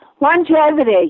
longevity